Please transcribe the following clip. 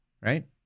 right